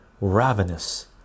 Ravenous